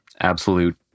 absolute